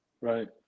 Right